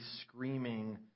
screaming